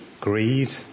greed